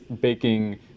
baking